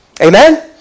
Amen